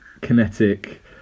kinetic